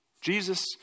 Jesus